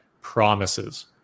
promises